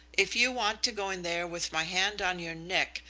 if you want to go in there with my hand on your neck,